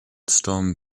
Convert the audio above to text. storm